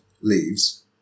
leaves